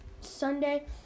Sunday